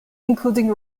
including